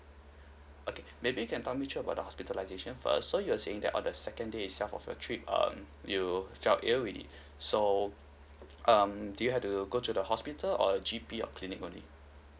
okay maybe you can talk me through about the hospitalisation first so you're saying that on the second day itself of your trip um you felt ill already so um do you had to go to the hospital or a G_P or clinic only